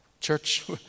Church